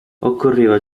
occorreva